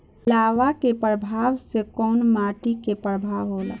लावा क प्रवाह से कउना माटी क निर्माण होला?